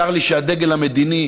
צר לי שהדגל המדיני,